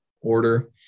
order